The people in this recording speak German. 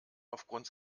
aufgrund